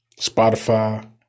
Spotify